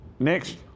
Next